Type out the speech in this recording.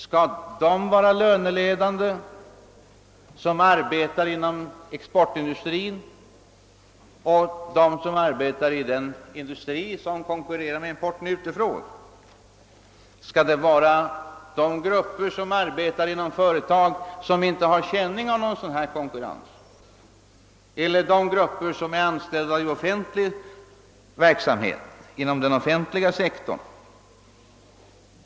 Skall de vara löneledande som arbetar inom exportindustrin och i den industri som konkurrerar med importen utifrån? Skall det vara de grupper som arbetar inom företag som inte har känning av sådan konkurrens eller de grupper som är anställda inom den offentliga sektorn?